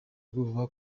ubwoba